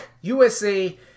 USA